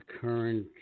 current